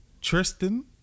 Tristan